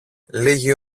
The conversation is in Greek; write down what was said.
λίγη